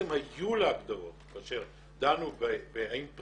הספציפיות האלה להבדיל מעבירות אחרות כמו עבירות המרמה,